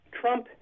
Trump